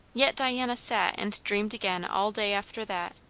yet diana sat and dreamed again all day after that,